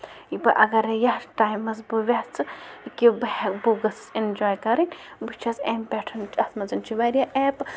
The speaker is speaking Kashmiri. یہِ بہٕ اَگرَے یَتھ ٹایمَس بہٕ ٮ۪ژھٕ کہِ بہٕ بہٕ گٔژھٕس اٮ۪نجاے کَرٕنۍ بہٕ چھَس أمۍ پٮ۪ٹھ اَتھ منٛز چھِ واریاہ اٮ۪پہٕ